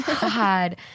God